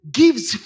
gives